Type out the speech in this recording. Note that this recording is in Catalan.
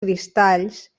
cristalls